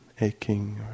aching